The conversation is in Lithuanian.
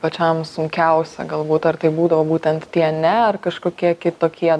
pačiam sunkiausia galbūt ar tai būdavo būtent tie ne ar kažkokie kitokie